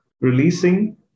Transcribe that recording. releasing